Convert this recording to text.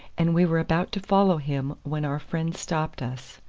and we were about to follow him when our friend stopped us.